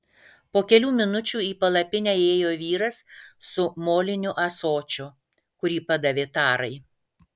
po kelių minučių į palapinę įėjo vyras su moliniu ąsočiu kurį padavė tarai